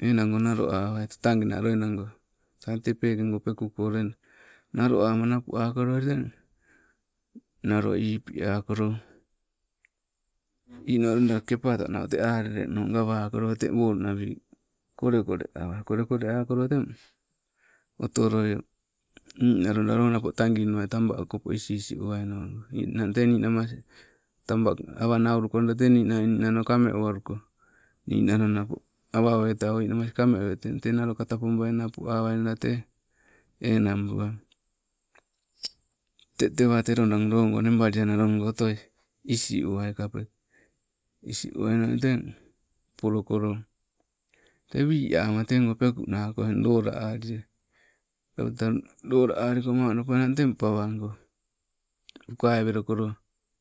enang go nalo awai, te tagina loidago tang tee peekego peku loida. Nalo ama napu akolo teng, nalo ipi aliko. Nimo loida kepato te aleleno gawakolo tee wonnawi kole kole awai, kolekole akolo teng atoloio, niinalo loo napo taginuai taba okopo isi is owaino, ninang tee ni namas taba, awa naulukonna ninang ninanno kame umauko, ninalo nappo awa aweta oh niinamas kameui teng tee naloka tabo bai napuawainna tee enang buai. Te tewa telodago nebali ainalogo otoi, isi owai kape, isi owainang otoi, isi owai kape, isi owainang teng polokolo tee wii ama tego pekunako lola aliai peuta lola aliko, madopuwainang, teng pawango ukawai welokolo